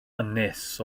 ynys